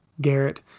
Garrett